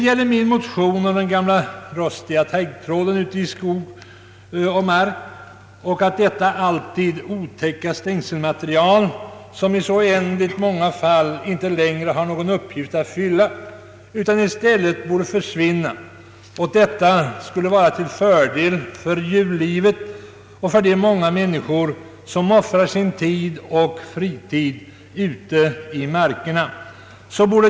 I min motion om den gamla rostiga taggtråden ute i skog och mark har anförts att detta alltid otäcka stängselmaterial som i så oändligt många fall inte längre har någon uppgift att fylla i stället borde försvinna, något som skulle vara till fördel för djurlivet och för de många människor som offrar sin tid och sin fritid ute i markerna.